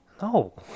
No